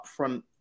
upfront